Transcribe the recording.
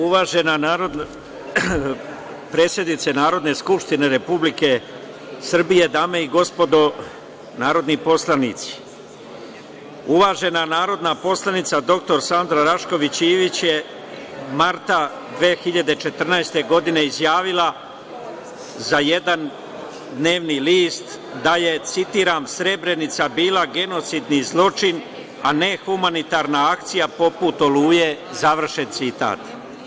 Uvažena predsednice Narodne skupštine Republike Srbije, dame i gospodo narodni poslanici, uvažena narodna poslanica dr Sanda Rašković Ivić je marta 2014. godine izjavila za jedan dnevni list da je, citiram: „Srebrenica bila genocidni zločin, a ne humanitarna akcija, poput „Oluje“.“ Završen citat.